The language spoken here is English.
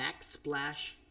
Backsplash